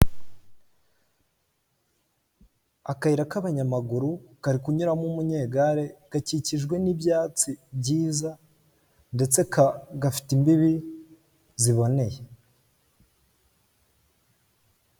Akayira k'abanyamaguru kari kunyuramo umunyegare gakikijwe n'ibyatsi byiza ndetse gafite imbibi ziboneye.